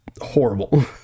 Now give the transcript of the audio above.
horrible